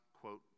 quote